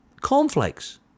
cornflakes